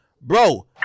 Bro